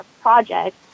project